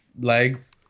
legs